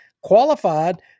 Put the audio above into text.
qualified